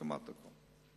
כמעט הכול.